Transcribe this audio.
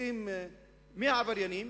מוצאים את העבריינים,